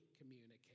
communicate